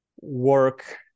work